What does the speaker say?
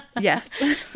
Yes